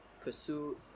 pursue